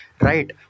Right